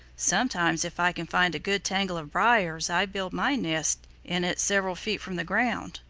sometimes if i can find a good tangle of briars i build my nest in it several feet from the ground,